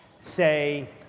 say